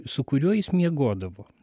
su kuriuo jis miegodavo